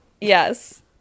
Yes